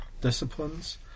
disciplines